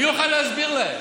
מי יוכל להסביר להם,